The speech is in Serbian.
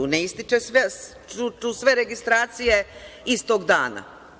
Ne ističu sve registracije istog dana.